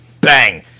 bang